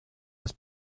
das